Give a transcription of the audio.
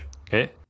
Okay